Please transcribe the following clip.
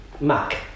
Mac